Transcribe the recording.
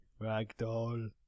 Ragdoll